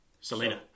Selena